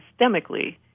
systemically